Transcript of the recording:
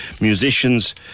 Musicians